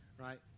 Right